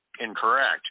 incorrect